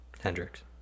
Hendrix